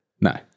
No